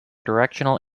directional